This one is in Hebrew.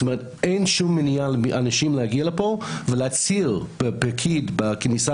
זאת אומרת אין שום מניעה לאנשים להגיע לפה ולהצהיר לפקיד בכניסה